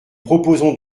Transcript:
proposons